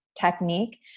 technique